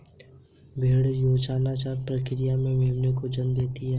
भ़ेड़ यौनाचार की प्रक्रिया से मेमनों को जन्म देते हैं